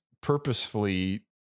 purposefully